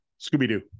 scooby-doo